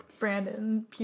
Brandon